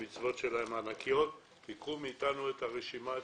המצוות שלהם ענקיות תיקחו מאיתנו את הרשימה,